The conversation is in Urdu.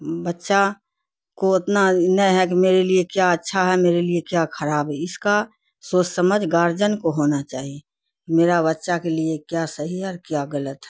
بچہ کو اتنا نہیں ہے کہ میرے لیے کیا اچھا ہے میرے لیے کیا خراب ہے اس کا سوچ سمجھ گارجن کو ہونا چاہیے میرا بچہ کے لیے کیا صحیح ہے اور کیا غلط ہے